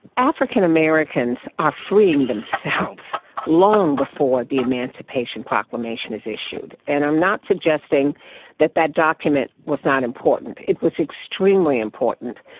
african americans are freeing themselves long before the emancipation proclamation is issued. and i'm not suggesting that that document was not important, it was extremely important.